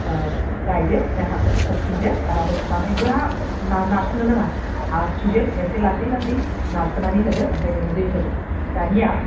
गायदो ओमफ्राय हाखौ होफिनदो आरामै बांद्राय गोरा नारसिननो नाङा आसिजों एसे लासै लासै नारसिनानै होदो ओमफ्राय नोङो दै होदो दानिया